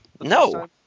No